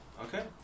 Okay